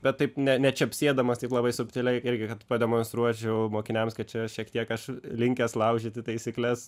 bet taip ne nečepsėdamas taip labai subtiliai irgi kad pademonstruočiau mokiniams kad čia šiek tiek aš linkęs laužyti taisykles